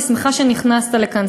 אני שמחה שנכנסת לכאן,